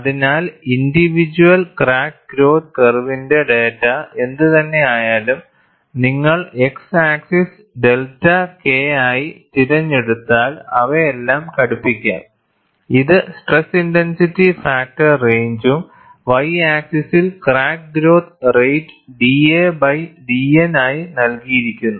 അതിനാൽ individual crack growth കർവിന്റെ data എന്തുതന്നെയായാലും നിങ്ങൾ x ആക്സിസ് ഡെൽറ്റ K ആയി തിരഞ്ഞെടുത്താൽ അവയെല്ലാം ഘടിപ്പിക്കാം ഇത് സ്ട്രെസ് ഇന്റൻസിറ്റി ഫാക്ടർ റേഞ്ചും y ആക്സിസ്സ്സിൽ crack growth rate da by dN ആയി നൽകിയിരിക്കുന്നു